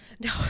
No